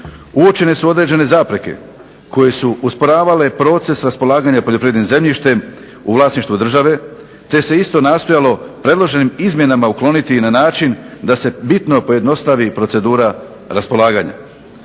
uočene su određene zapreke koje su usporavale proces raspolaganjem poljoprivrednim zemljištem u vlasništvu države te se isto nastojalo predloženim izmjenama ukloniti na način da se bitno pojednostavi procedura raspolaganja.